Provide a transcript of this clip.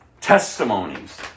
testimonies